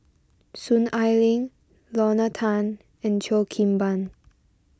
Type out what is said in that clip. Soon Ai Ling Lorna Tan and Cheo Kim Ban